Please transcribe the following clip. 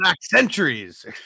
centuries